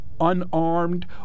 Unarmed